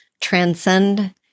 transcend